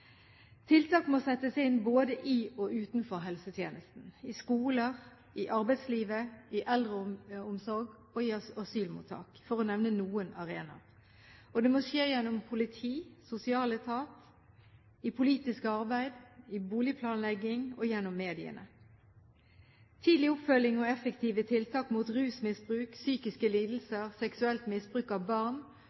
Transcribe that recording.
Tiltak må settes inn både i og utenfor helsetjenesten – i skoler, i arbeidslivet, i eldreomsorg og i asylmottak, for å nevne noen arenaer. Og det må skje gjennom politi, gjennom sosialetat, i politisk arbeid, i boligplanlegging og gjennom mediene. Tidlig oppfølging og effektive tiltak mot rusmisbruk, psykiske lidelser, seksuelt misbruk av barn